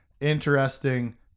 interesting